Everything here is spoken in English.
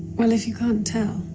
well, if you can't tell,